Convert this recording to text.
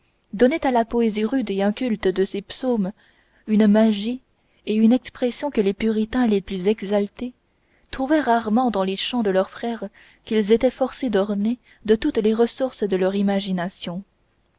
donnait à la poésie rude et inculte de ces psaumes une magie et une expression que les puritains les plus exaltés trouvaient rarement dans les chants de leurs frères et qu'ils étaient forcés d'orner de toutes les ressources de leur imagination